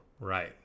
Right